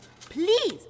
Please